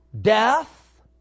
death